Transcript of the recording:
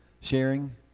Sharing